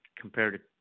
compared